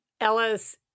Ellis